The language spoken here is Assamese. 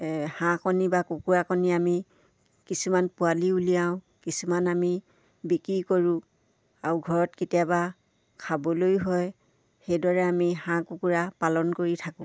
হাঁহ কণী বা কুকুৰা কণী আমি কিছুমান পোৱালি উলিয়াওঁ কিছুমান আমি বিক্ৰী কৰোঁ আৰু ঘৰত কেতিয়াবা খাবলৈ হয় সেইদৰে আমি হাঁহ কুকুৰা পালন কৰি থাকোঁ